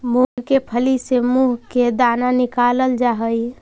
मूंग के फली से मुंह के दाना निकालल जा हई